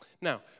Now